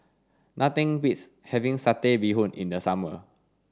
nothing beats having satay bee hoon in the summer